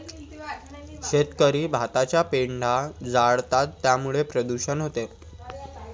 शेतकरी भाताचा पेंढा जाळतात त्यामुळे प्रदूषण होते